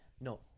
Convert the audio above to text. no